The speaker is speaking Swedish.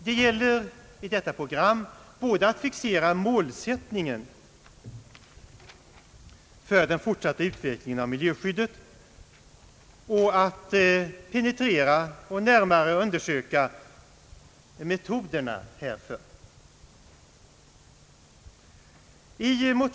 Det gäller i detta program både att fixera målsättningen för den fortsatta utvecklingen av miljöskyddet och att penetrera och närmare undersöka metoderna härför.